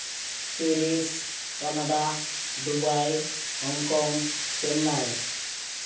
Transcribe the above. Paris Canada Dubai Hong Kong Chennai